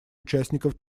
участников